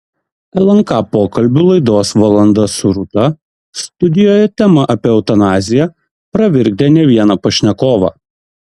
lnk pokalbių laidos valanda su rūta studijoje tema apie eutanaziją pravirkdė ne vieną pašnekovą